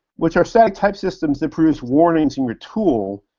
which are static type systems that produce warnings in your tool,